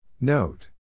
Note